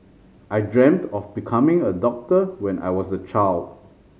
I dreamt of becoming a doctor when I was a child